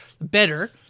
better